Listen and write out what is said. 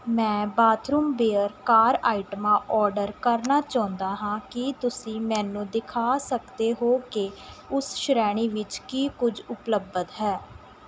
ਮੈਂ bathroom ware car ਆਈਟਮਾਂ order ਕਰਨਾ ਚਾਹੁੰਦਾ ਹਾਂ ਕੀ ਤੁਸੀਂ ਮੈਨੂੰ ਦਿਖਾ ਸਕਦੇ ਹੋ ਕਿ ਉਸ ਸ਼੍ਰੇਣੀ ਵਿੱਚ ਕੀ ਕੁਝ ਉਪਲਬਧ ਹੈ